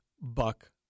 Buck